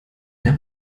der